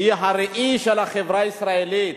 הראי של החברה הישראלית,